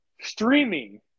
Streaming